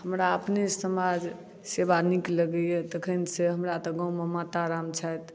हमरा अपने समाज सेवा नीक लगैया तखन से हमरा तऽ गाँवमे माता राम छथि